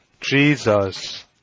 Jesus